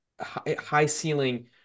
high-ceiling